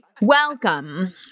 Welcome